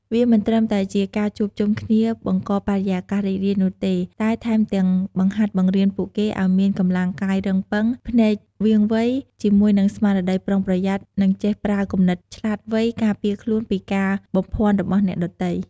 វាមិនត្រឹមតែជាការជួបជុំគ្នាបង្កបរិយាកាសរីករាយនោះទេ តែថែមទាំងបង្ហាត់បង្រៀនពួកគេ ឲ្យមានកម្លាំងកាយរឹងប៉ឹង ភ្នែកវាងវៃ ជាមួយនឹងស្មារតីប្រុងប្រយ័ត្ន និងចេះប្រើគំនិតឆ្លាតវៃ ការពារខ្លួនពីការបំភ័ន្តរបស់អ្នកដទៃ។